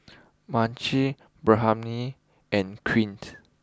Mychal and Quint